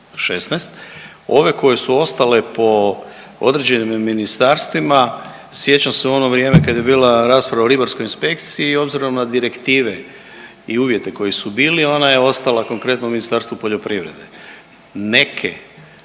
Ove koje su ostale po određenim ministarstvima sjećam se u ono vrijeme kad je bila rasprava o ribarskoj inspekciji obzirom na direktive i uvjete koji su bili ona je ostala konkretno u Ministarstvu poljoprivrede.